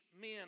men